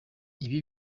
ibi